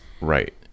Right